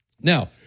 Now